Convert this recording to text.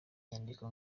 nyandiko